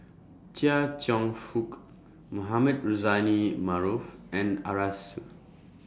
Chia Cheong Fook Mohamed Rozani Maarof and Arasu